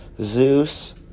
Zeus